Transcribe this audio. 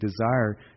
desire